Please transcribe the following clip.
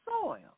soil